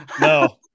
No